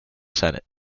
senate